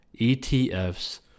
ETFs